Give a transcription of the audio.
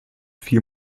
vier